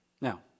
Now